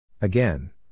Again